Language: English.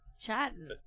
chatting